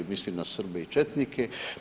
Mislim na Srbe i četnike.